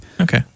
Okay